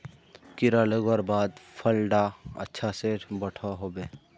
कीड़ा लगवार बाद फल डा अच्छा से बोठो होबे?